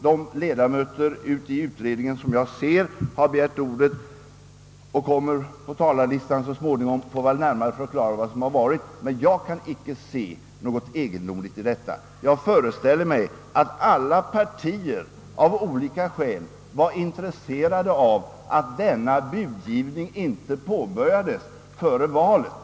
De kammarledamöter som suttit med i utredningen och vilka enligt talarlistan här begärt ordet får väl så småningom närmare förklara vad som förevarit, men jag kan icke se något egendomligt i detta. Jag förställer mig också att alla partier av olika skäl var intresserade av att denna budgivning inte påbörjades före valet.